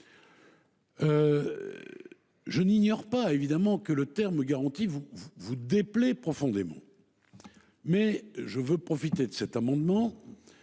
Je n’ignore évidemment pas que le terme « garantie » vous déplaît profondément, mais je veux profiter de cet amendement